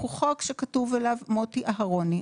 הוא חוק שכתוב עליו מוטי אהרוני.